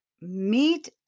meet